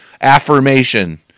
affirmation